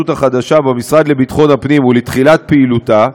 החדשה במשרד לביטחון הפנים ולתחילת פעילותה,